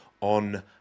on